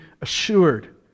assured